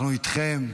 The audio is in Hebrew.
אנחנו איתכם,